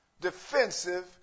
defensive